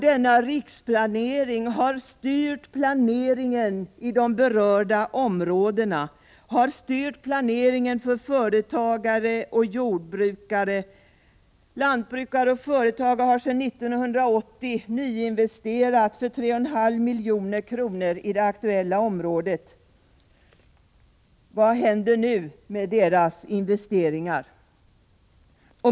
Denna riksplanering har styrt planeringen i de berörda områdena, och den har styrt planeringen för företagare och jordbrukare. Lantbrukare och företagare har sedan 1980 nyinvesterat för 3,5 milj.kr. i det aktuella området. Vad händer nu med deras investeringar?